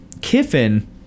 Kiffin